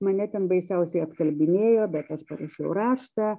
mane ten baisiausiai atkalbinėjo bet aš parašiau raštą